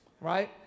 right